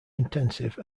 intensive